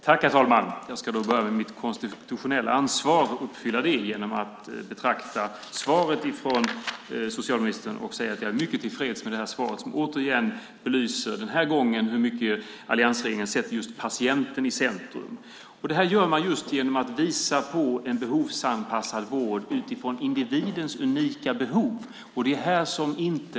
Herr talman! Jag ska börja med att uppfylla mitt konstitutionella ansvar genom att kommentera svaret från socialministern och säga att jag är mycket tillfreds med svaret som belyser hur mycket alliansregeringen sätter patienten i centrum. Det gör man genom att visa på en behovsanpassad vård utifrån individens unika behov.